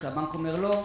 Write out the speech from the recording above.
כשהבנק אומר לא,